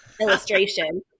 illustration